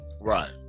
right